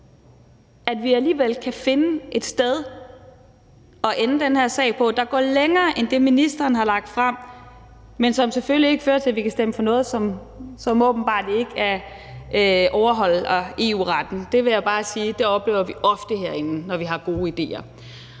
at vi alligevel kan finde et sted at ende den her sag, der går længere end det, ministeren har lagt frem, men som selvfølgelig ikke fører til, at vi stemmer for noget, som åbenbart ikke overholder EU-retten; det vil jeg bare sige at vi ofte oplever herinde, når vi har gode idéer.